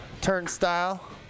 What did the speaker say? turnstile